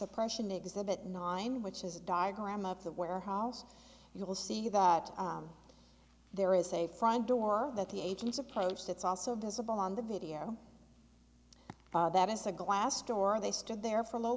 suppression exhibit noname which is a diagram of the warehouse you'll see that there is a front door that the agents approached it's also visible on the video that is the glass door they stood there for a little